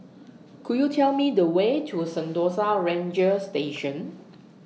Could YOU Tell Me The Way to Sentosa Ranger Station